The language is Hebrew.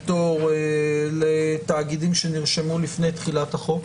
פטור לתאגידים שנרשמו לפני תחילת החוק.